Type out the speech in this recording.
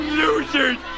losers